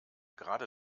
gerade